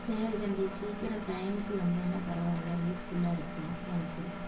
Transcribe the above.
சரி தம்பி சீக்கிரம் டைமுக்கு வந்தேன்னா பரவாயில்லை யூஸ்ஃபுல்லாக இருக்கும் எனக்கு